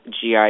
GI